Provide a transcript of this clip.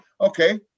okay